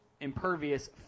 impervious